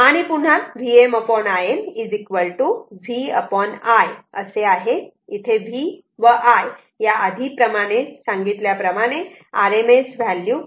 आणि पुन्हा Vm Im V I असे आहे इथे V व I या आधी सांगितल्याप्रमाणे RMS व्हॅल्यू आहेत